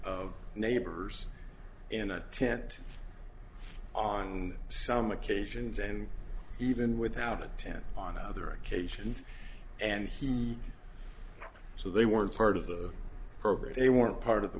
of neighbors in a tent on some occasions and even without a tent on another occasion and he so they weren't part of the program they were part of the